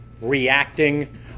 reacting